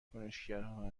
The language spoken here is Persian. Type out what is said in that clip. کنشگرها